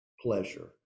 pleasure